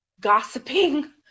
gossiping